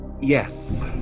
yes